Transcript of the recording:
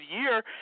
year